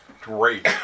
great